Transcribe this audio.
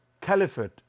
caliphate